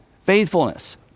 faithfulness